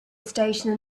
station